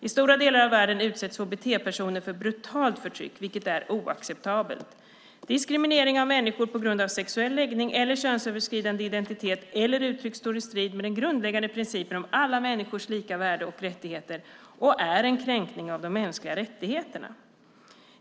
I stora delar av världen utsätts hbt-personer för brutalt förtryck, vilket är oacceptabelt. Diskriminering av människor på grund av sexuell läggning eller könsöverskridande identitet eller uttryck står i strid med den grundläggande principen om alla människors lika värde och rättigheter och är en kränkning av de mänskliga rättigheterna.